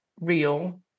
real